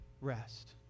rest